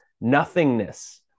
nothingness